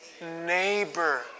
neighbor